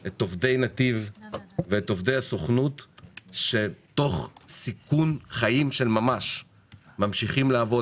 את עובדי נתיב ואת עובדי הסוכנות שתוך סיכון חיים של ממש ממשיכים לעבוד,